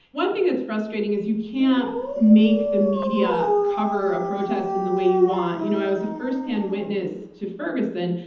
one thing that's frustrating is you can't make the media cover a protest in the way you want. you know i was a firsthand witness to ferguson,